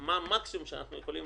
אומנם סיוע לרשויות